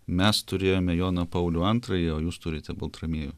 mes turėjome joną paulių antrąjį o jūs turite baltramiejų